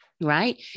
Right